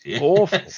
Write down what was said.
Awful